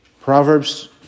Proverbs